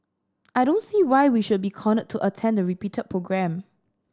I don't see why we should be cornered to attend the repeated programme